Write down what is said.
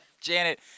Janet